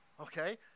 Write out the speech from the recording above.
Okay